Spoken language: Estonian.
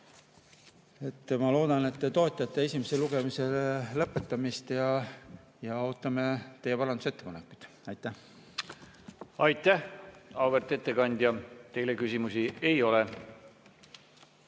Ma loodan, et te toetate esimese lugemise lõpetamist, ja ootame teie parandusettepanekuid. Aitäh! Aitäh, auväärt ettekandja! Teile küsimusi ei ole.